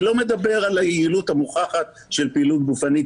אני לא מדבר על היעילות המוכחת של פעילות גופנית